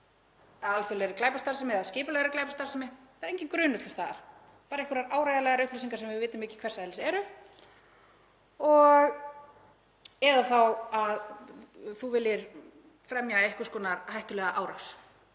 alþjóðlegri glæpastarfsemi eða skipulagðri glæpastarfsemi. Það er enginn grunur til staðar, bara einhverjar áreiðanlegar upplýsingar sem við vitum ekki hvers eðlis eru eða þá að þú viljir fremja einhvers konar hættulega árás.